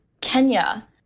Kenya